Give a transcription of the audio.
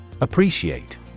Appreciate